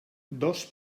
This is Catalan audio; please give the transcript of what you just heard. dos